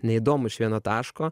neįdomu iš vieno taško